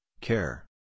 care